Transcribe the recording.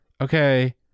okay